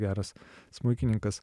geras smuikininkas